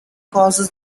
causes